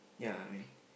ya